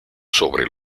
sobre